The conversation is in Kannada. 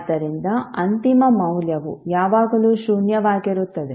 ಆದ್ದರಿಂದ ಅಂತಿಮ ಮೌಲ್ಯವು ಯಾವಾಗಲೂ ಶೂನ್ಯವಾಗಿರುತ್ತದೆ